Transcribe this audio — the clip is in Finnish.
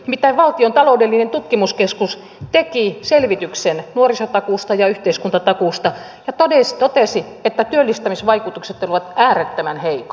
nimittäin valtion taloudellinen tutkimuskeskus teki selvityksen nuorisotakuusta ja yhteiskuntatakuusta ja totesi että työllistämisvaikutukset olivat äärettömän heikot